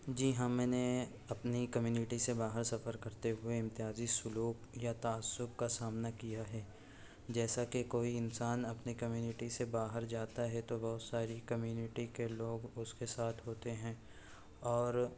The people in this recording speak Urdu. جی ہاں میں نے اپنی کمیونٹی سے باہر سفر کرتے ہوئے امتیازی سلوک یا تعصب کا سامنا کیا ہے جیسا کہ کوئی انسان اپنی کمیونٹی سے باہر جاتا ہے تو بہت ساری کمیونٹی کے لوگ اس کے ساتھ ہوتے ہیں اور